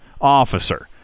officer